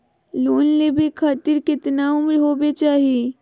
Loan लेवे खातिर केतना उम्र होवे चाही?